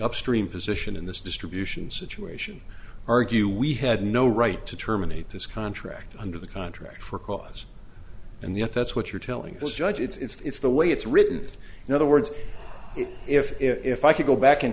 upstream position in this distribution situation argue we had no right to terminate this contract under the contract for cause and yet that's what you're telling this judge it's the way it's written in other words if if if i could go back in